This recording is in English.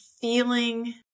Feeling